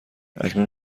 اکنون